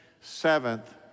seventh